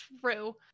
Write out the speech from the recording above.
True